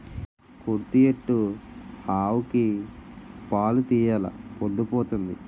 కుడితి ఎట్టు ఆవుకి పాలు తీయెలా పొద్దు పోతంది